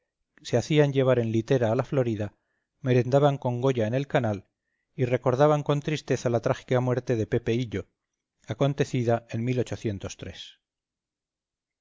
se hacían llevar en litera a la florida merendaban con goya en el canal y recordaban con tristeza la trágica muerte de pepe hillo acontecida en nada